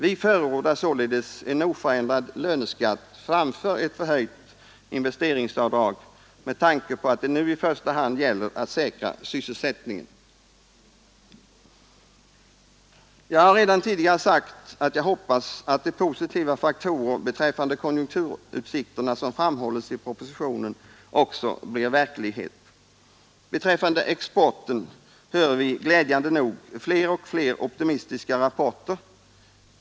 Vi förordar således en oförändrad löneskatt framför ett förhöjt investeringsavdrag med tanke på att det nu i första hand gäller att säkra sysselsättningen Jag har redan tidigare sagt att jag hoppas att de positiva faktorer beträffande konjunkturutsikterna som framhålles i propositionen också blir verklighet. Beträffande exporten hör vi glädjande nog fler och fler optimistiska rapporter.